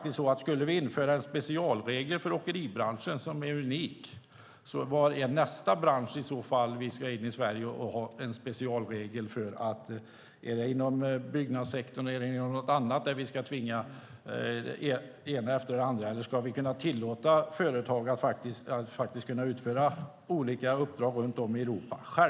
Skulle vi införa unika specialregler för åkeribranschen, vilken blir då nästa bransch som vi ska införa specialregler i Sverige för? Är det byggnadssektorn eller någon annan sektor vi ska tvinga, eller ska vi tillåta företag att utföra olika uppdrag runt om i Europa?